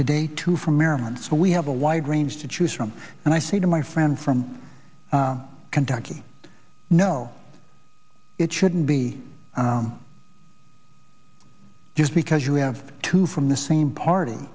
today two from merriment so we have a wide range to choose from and i say to my friend from kentucky no it shouldn't be just because you have two from the same party